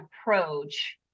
approach